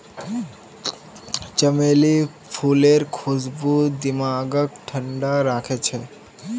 चमेली फूलेर खुशबू दिमागक ठंडा राखछेक